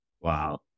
Wow